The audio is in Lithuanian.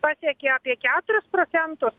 pasiekė apie keturis procentus